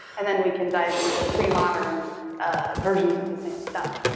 and then we can dive into pre-modern versions of the same stuff.